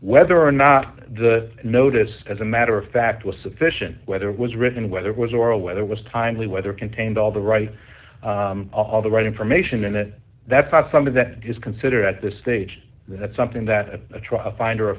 whether or not the notice as a matter of fact was sufficient whether it was written whether it was oral whether was timely whether contained all the right all the right information and that that's not something that is considered at this stage that's something that a trial find